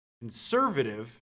conservative